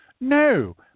No